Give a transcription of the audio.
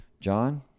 John